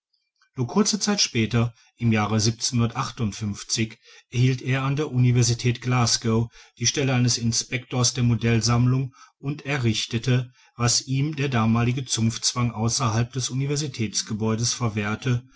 nur kurze zeit später im jahre erhielt er an der universität glasgow die stelle eines inspektors der modellsammlung und errichtete was ihm der damalige zunftzwang außerhalb des universitätsgebäudes verwehrte